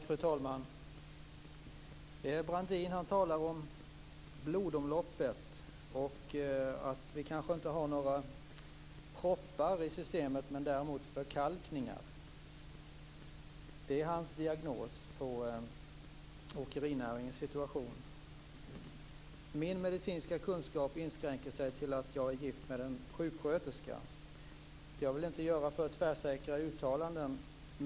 Fru talman! Brandin talar om blodomloppet och säger att vi kanske inte har några proppar i systemet men att det finns förkalkningar. Det är hans diagnos på åkerinäringens situation. Min medicinska kunskap inskränker sig till att jag är gift med en sjuksköterska. Jag skall inte göra alltför tvärsäkra uttalanden.